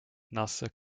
nasse